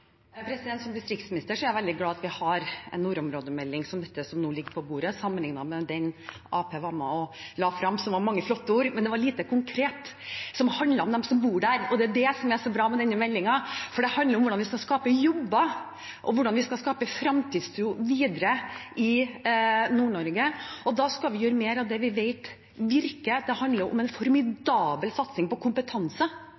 Som distriktsminister er jeg veldig glad for at vi har en nordområdemelding som den som nå ligger på bordet, sammenlignet med den Arbeiderpartiet var med på å legge frem, som var mange flotte ord, men det var lite konkret som handlet om dem som bor der. Det er det som er så bra med denne meldingen, at den handler om hvordan vi skal skape jobber og hvordan vi skal skape fremtidstro videre i Nord-Norge. Og da skal vi gjøre mer av det vi vet virker. Det handler om en